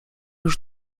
już